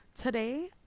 today